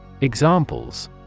Examples